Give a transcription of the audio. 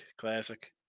classic